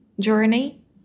journey